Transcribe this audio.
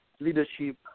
leadership